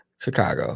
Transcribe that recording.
Chicago